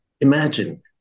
imagine